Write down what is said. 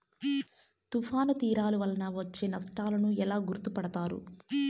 తుఫాను తీరాలు వలన వచ్చే నష్టాలను ఎలా గుర్తుపడతారు?